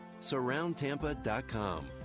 Surroundtampa.com